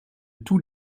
tous